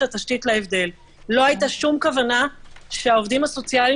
לא היתה שום כוונה שהעובדים הסוציאליים